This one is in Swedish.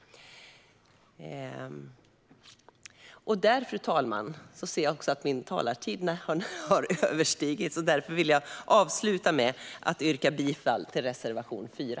Fru talman! Jag ser att jag har överskridit min anmälda talartid, och jag avslutar därför med att yrka bifall till reservation 4.